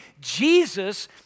Jesus